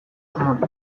asmorik